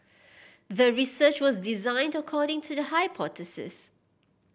the research was designed according to the hypothesis